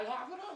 על ההעברה.